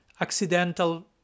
accidental